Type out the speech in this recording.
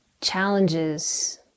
challenges